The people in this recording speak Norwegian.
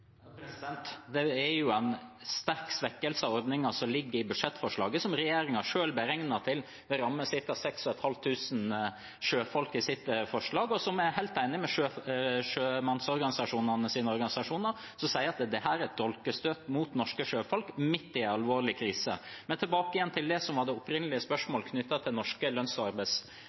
Det er jo en sterk svekkelse av ordningen som ligger i budsjettforslaget, som regjeringen selv beregner vil ramme ca. 6 500 sjøfolk. Jeg er helt enig med sjømannsorganisasjonene, som sier at dette er et dolkestøt mot norske sjøfolk midt i en alvorlig krise. Tilbake til det som var det opprinnelige spørsmålet knyttet til norske lønns- og